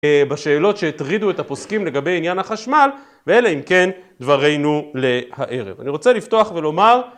בשאלות שהטרידו את הפוסקים לגבי עניין החשמל ואלה אם כן דברנו לערב. אני רוצה לפתוח ולומר